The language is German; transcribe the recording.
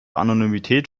anonymität